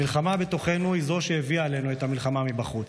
המלחמה בתוכנו היא זאת שהביאה עלינו את המלחמה מבחוץ.